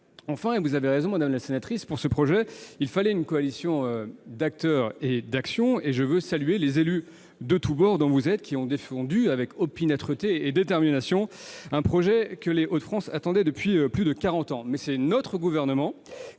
Enfin, et vous avez raison, madame la sénatrice, pour ce projet, il fallait une coalition d'acteurs et d'actions. À cet égard, je veux saluer les élus de tous bords, dont vous êtes, qui ont défendu avec opiniâtreté et détermination un projet que les Hauts-de-France attendaient depuis plus de quarante ans. Cependant, c'est notre gouvernement